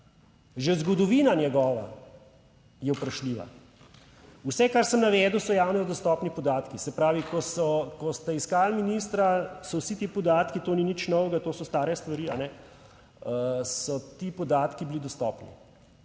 Že zgodovina njegova je vprašljiva. Vse kar sem navedel so javno dostopni podatki, se pravi, ko so, ko ste iskali ministra so vsi ti podatki, to ni nič novega, to so stare stvari, so ti podatki bili dostopni,